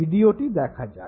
ভিডিওটি দেখা যাক